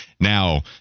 now